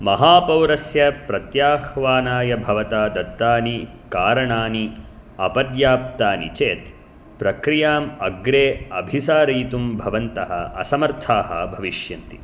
महापौरस्य प्रत्याह्वानाय भवता दत्तानि कारणानि अपर्याप्तानि चेत् प्रक्रियाम् अग्रे अभिसारयितुं भवन्तः असमर्थाः भविष्यन्ति